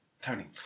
Tony